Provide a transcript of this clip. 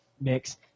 mix